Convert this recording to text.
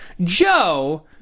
Joe